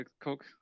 coke